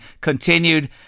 continued